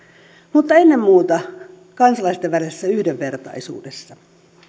mutta ennen muuta kansalaisten välisessä yhdenvertaisuudessa